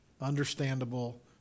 understandable